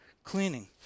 cleaning